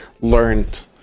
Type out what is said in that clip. learned